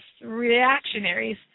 reactionaries